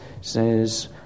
says